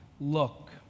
look